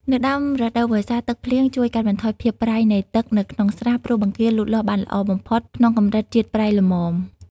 នៅដើមរដូវវស្សា ទឹកភ្លៀងជួយកាត់បន្ថយភាពប្រៃនៃទឹកនៅក្នុងស្រះ ព្រោះបង្គាលូតលាស់បានល្អបំផុតក្នុងកម្រិតជាតិប្រៃល្មម។